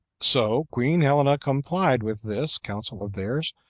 so queen helena complied with this counsel of theirs,